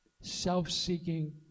self-seeking